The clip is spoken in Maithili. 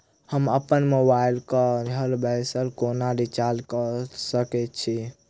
हम अप्पन मोबाइल कऽ घर बैसल कोना रिचार्ज कऽ सकय छी?